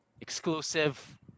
exclusive